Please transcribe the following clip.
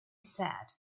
said